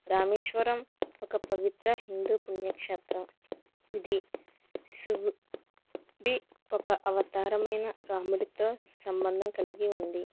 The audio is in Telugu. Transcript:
రామేశ్వరం ఒక పవిత్ర హిందు పుణ్యక్షేత్రం ఇది శివుడి ఒక అవతారమైన రాముడితో సంబంధం కలిగి ఉంది